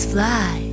Fly